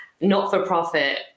not-for-profit